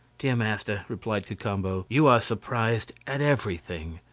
dear master, replied cacambo you are surprised at everything.